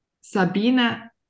Sabina